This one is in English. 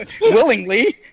Willingly